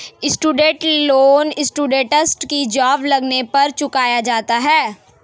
student loan students की job लगने पर चुकाया जाता है